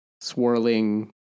swirling